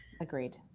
agreed